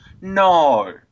No